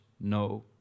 no